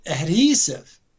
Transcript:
adhesive